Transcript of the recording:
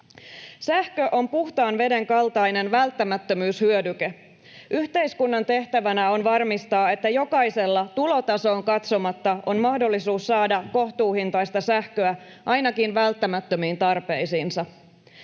Sähkö on puhtaan veden kaltainen välttämättömyyshyödyke. Yhteiskunnan tehtävänä on varmistaa, että jokaisella tulotasoon katsomatta on mahdollisuus saada kohtuuhintaista sähköä ainakin välttämättömiin tarpeisiinsa.